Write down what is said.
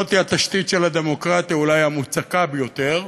זאת היא התשתית של הדמוקרטיה, אולי המוצקה ביותר,